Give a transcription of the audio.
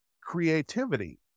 creativity